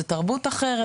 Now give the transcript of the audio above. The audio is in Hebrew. זה תרבות אחרת,